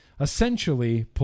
Essentially